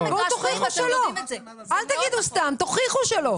אל תגידו סתם, תוכיחו שלא.